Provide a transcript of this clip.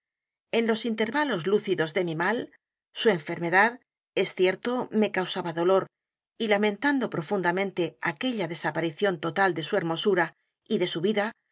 en los intervalos lúcidos de mi mal su enfermedad es cierto me causaba dolor y lamentando profundamente aquella desaparición total de su hermosura y de su vida